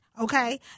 okay